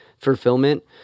fulfillment